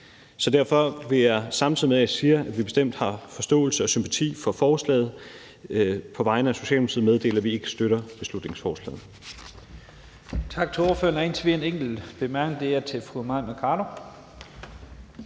Derfor vil jeg, samtidig med at jeg siger, at vi bestemt har forståelse og sympati for forslaget, på vegne af Socialdemokratiet meddele, at vi ikke støtter beslutningsforslaget.